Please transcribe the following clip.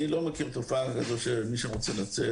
אני לא מכיר תופעה כזאת שמי שרוצה לצאת,